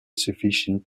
sufficient